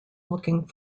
looking